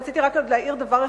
רציתי להעיר דבר אחד,